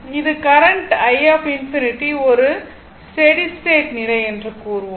இது current i∞ ஒரு steady state நிலை என்று கூறுவோம்